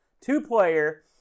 two-player